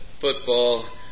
football